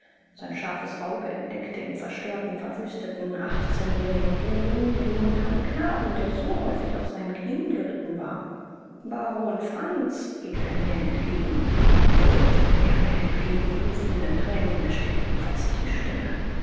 sein scharfes auge entdeckte im verstörten verwüsteten achtzehnjährigen jüngling den muntern knaben der so häufig auf seinen knieen geritten war baron franz rief er mir entgegen wollte er mir entgegenrufen denn thränen erstickten fast die stimme